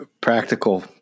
Practical